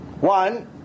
One